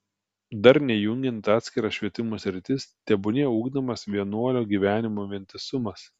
darniai jungiant atskiras švietimo sritis tebūnie ugdomas vienuolio gyvenimo vientisumas